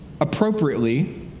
appropriately